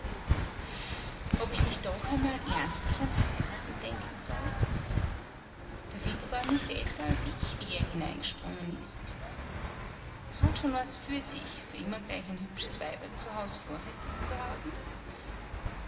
ob ich nicht doch einmal ernstlich ans heiraten denken soll der willy war nicht älter als ich wie er hineingesprungen ist hat schon was für sich so immer gleich ein hübsches weiberl zu haus vorrätig zu haben